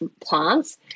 plants